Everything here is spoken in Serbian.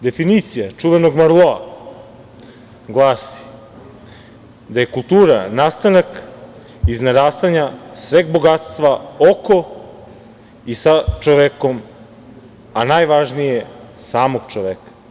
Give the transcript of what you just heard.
Definicija čuvenog Malroa glasi da je kultura nastanak i narastanje sveg bogatstva, oko i sa čovekom, a najvažnije, samog čoveka.